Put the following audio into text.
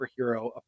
superhero